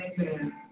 Amen